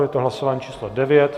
Je to hlasování číslo 9.